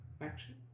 action